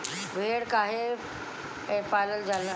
भेड़ काहे पालल जाला?